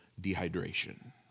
dehydration